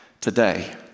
today